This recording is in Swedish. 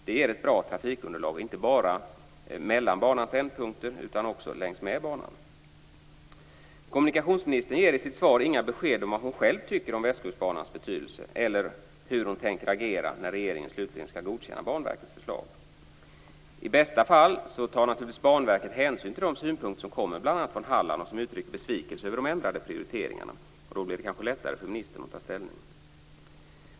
Det ger ett bra trafikunderlag, inte bara mellan banans ändpunkter utan också längs med banan. Kommunikationsministern ger i sitt svar inga besked om vad hon själv tycker om Västkustbanans betydelse eller hur hon tänker agera när regeringen slutligen skall godkänna Banverkets förslag. I bästa fall tar naturligtvis Banverket hänsyn till de synpunkter som kommer bl.a. från Halland och där det uttrycks en besvikelse över de ändrade prioriteringarna. Då blir det kanske lättare för ministern att ta ställning.